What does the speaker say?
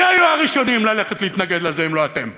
מי היו הראשונים ללכת להתנגד לזה אם לא אתם?